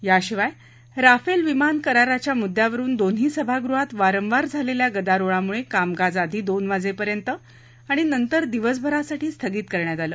याशिवाय राफेल विमान कराराच्या मुद्दयावरुन दोन्ही सभागृहात वारंवार झालेल्या गदारोळामुळे कामकाज आधी दोन वाजेपर्यंत आणि नंतर दिवसभरासाठी स्थगित करण्यात आलं